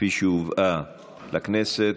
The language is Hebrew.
כפי שהובאה לכנסת.